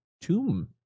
tomb